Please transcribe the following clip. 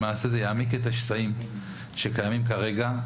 למעשה זה יעמיק את השסעים שקיימים כרגע.